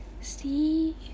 see